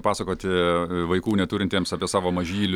pasakoti vaikų neturintiems apie savo mažylį